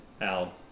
Al